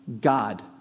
God